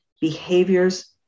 behaviors